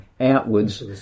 outwards